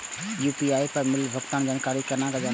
UPI पर मिलल भुगतान के जानकारी केना जानब?